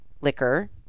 Liquor